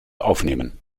aufnehmen